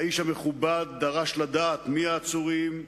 האיש המכובד דרש לדעת מי העצורים,